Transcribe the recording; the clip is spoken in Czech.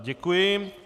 Děkuji.